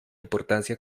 importancia